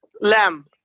Lamb